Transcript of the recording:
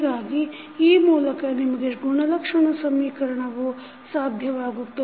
ಹೀಗಾಗಿ ಈ ಮೂಲಕ ನಿಮಗೆ ಗುಣಲಕ್ಷಣ ಸಮೀಕರಣ ಸಾಧ್ಯವಾಗುತ್ತದೆ